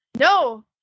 no